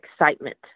excitement